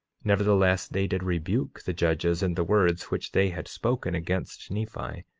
nevertheless, they did rebuke the judges in the words which they had spoken against nephi,